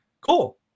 cool